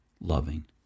loving